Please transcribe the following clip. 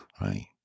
Right